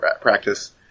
practice